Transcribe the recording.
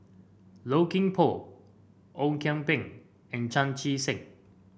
Low Kim Pong Ong Kian Peng and Chan Chee Seng